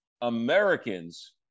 americans